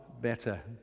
better